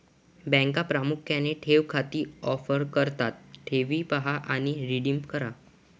बँका प्रामुख्याने ठेव खाती ऑफर करतात ठेवी पहा आणि रिडीम करा